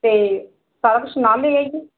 ਤੇ ਸਾਰਾ ਕੁਝ ਨਾਲ ਲੈ ਆਈਏ